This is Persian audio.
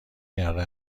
کرده